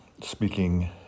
speaking